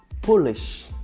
Polish